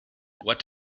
what